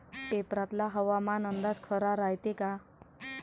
पेपरातला हवामान अंदाज खरा रायते का?